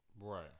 right